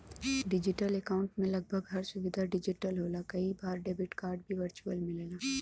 digital account में लगभग हर सुविधा डिजिटल होला कई बार डेबिट कार्ड भी वर्चुअल मिलला